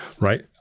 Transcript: Right